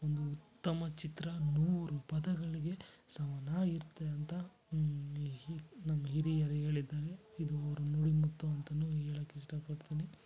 ಒಂದು ಉತ್ತಮ ಚಿತ್ರ ನೂರು ಪದಗಳಿಗೆ ಸಮನಾಗಿರುತ್ತೆ ಅಂತ ಈ ಈ ನಮ್ಮ ಹಿರಿಯರು ಹೇಳಿದ್ದಾರೆ ಇದು ಅವ್ರ ನುಡಿಮುತ್ತು ಅಂತ ಹೇಳಕ್ಕೆ ಇಷ್ಟಪಡ್ತೀನಿ